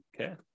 Okay